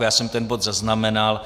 Já jsem ten bod zaznamenal.